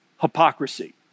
hypocrisy